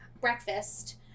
breakfast